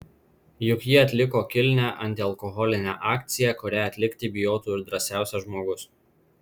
juk jie atliko kilnią antialkoholinę akciją kurią atlikti bijotų ir drąsiausias žmogus